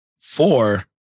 Four